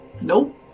Nope